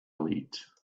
lead